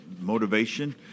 Motivation